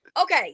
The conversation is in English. Okay